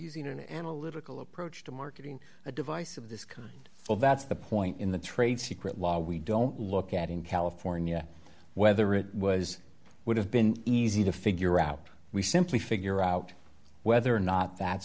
using an analytical approach to marketing a device of this kind well that's the point in the trade secret law we don't look at in california whether it was would have been easy to figure out we simply figure out whether or not that